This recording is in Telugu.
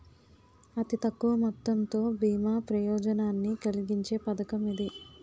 అతి తక్కువ మొత్తంతో బీమా ప్రయోజనాన్ని కలిగించే పథకం ఇది